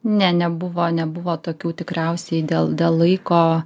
ne nebuvo nebuvo tokių tikriausiai dėl laiko